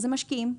זה משקיעים.